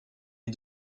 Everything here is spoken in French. est